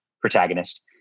protagonist